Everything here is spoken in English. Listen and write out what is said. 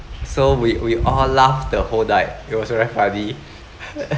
so we we all laughed the whole night it was very funny